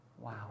Wow